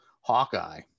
Hawkeye